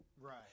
Right